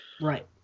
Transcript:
Right